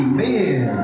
Amen